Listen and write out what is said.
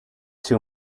too